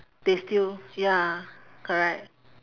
they still ya correct